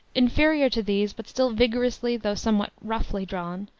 inferior to these, but still vigorously though somewhat roughly drawn,